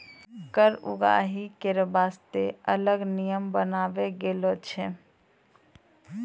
कर उगाही करै बासतें अलग नियम बनालो गेलौ छै